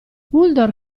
uldor